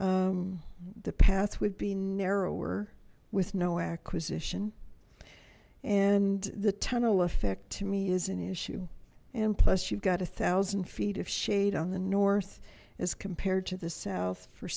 the path would be narrower with no acquisition and the tunnel effect to me is an issue and plus you've got a thousand feet of shade on the north as compared to the south for